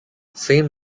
saint